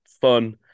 fun